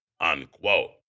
unquote